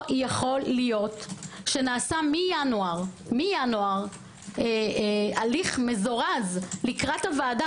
יכול להיות שנעשה מינואר הליך מזורז לקראת הוועדה.